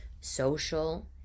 social